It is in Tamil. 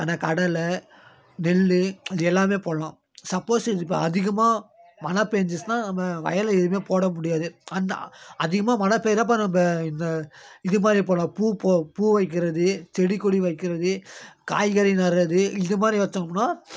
கடலை நெல் இது எல்லாம் போடலாம் சப்போஸ் இது இப்போ அதிகமாக மழை பேய்ஞ்சிச்சுன்னா நம்ம வயலில் எதுவுமே போட முடியாது அந்த அதிகமாக மழை பேய்யுறப்ப நம்ம இந்த இதுமாதிரி போடலாம் பூ வைக்கிறது செடிக்கொடி வைக்கிறது காய்கறி நடுறது இதுமாதிரி வச்சோம்னா